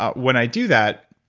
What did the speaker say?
ah when i do that,